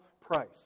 price